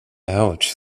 ouch